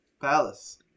palace